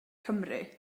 cymru